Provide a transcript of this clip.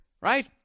right